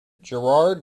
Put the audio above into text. gerard